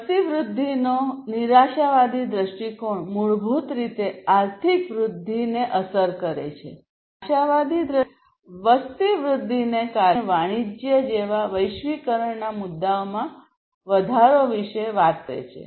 વસ્તી વૃદ્ધિનો નિરાશાવાદી દૃષ્ટિકોણ મૂળભૂત રીતે આર્થિક વૃદ્ધિને અસર કરે છે અને આશાવાદી દૃષ્ટિકોણ મૂળભૂત રીતે વસ્તી વૃદ્ધિને કારણે વેપાર અને વાણિજ્ય જેવા વૈશ્વિકીકરણના મુદ્દાઓમાં વધારો વિશે વાત કરે છે